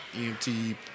EMT